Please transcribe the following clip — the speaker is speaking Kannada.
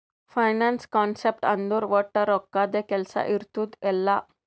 ಫೈನಾನ್ಸ್ ಕಾನ್ಸೆಪ್ಟ್ ಅಂದುರ್ ವಟ್ ರೊಕ್ಕದ್ದೇ ಕೆಲ್ಸಾ ಇರ್ತುದ್ ಎಲ್ಲಾ